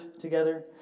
together